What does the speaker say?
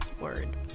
Word